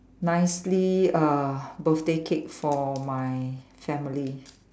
nicely uh birthday cake for my family